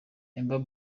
amber